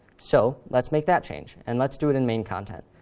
so let's make that change, and let's do it in main content.